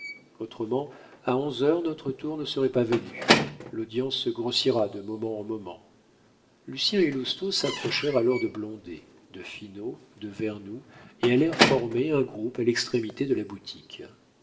autrement à onze heures notre tour ne serait pas venu l'audience se grossira de moment en moment lucien et lousteau s'approchèrent alors de blondet de finot de vernou et allèrent former un groupe à l'extrémité de la boutique